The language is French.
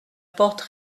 porte